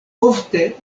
ofte